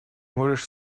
можешь